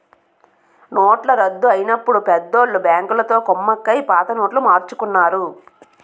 నోట్ల రద్దు అయినప్పుడు పెద్దోళ్ళు బ్యాంకులతో కుమ్మక్కై పాత నోట్లు మార్చుకున్నారు